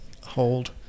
hold